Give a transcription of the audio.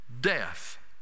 death